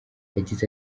yagize